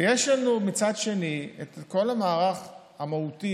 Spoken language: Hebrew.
ויש לנו מצד שני את כל המערך המהותי,